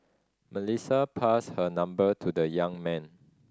Melissa passed her number to the young man